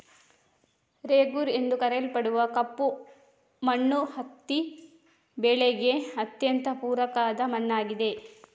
ರೇಗೂರ್ ಎಂದು ಕರೆಯಲ್ಪಡುವ ಕಪ್ಪು ಮಣ್ಣು ಹತ್ತಿ ಬೆಳೆಗೆ ಅತ್ಯಂತ ಪೂರಕ ಆದ ಮಣ್ಣಾಗಿದೆ